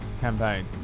campaign